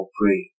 pray